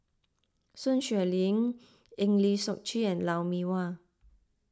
Sun Xueling Eng Lee Seok Chee Lou Mee Wah